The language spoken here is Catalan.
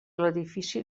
l’edifici